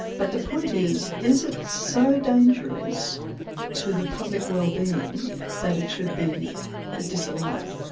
but the point is, is it so dangerous to the public wellbeing that it should be disallowed?